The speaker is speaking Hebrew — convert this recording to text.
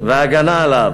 וההגנה עליו.